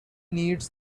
needs